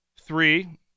Three